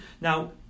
now